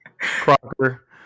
crocker